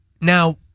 Now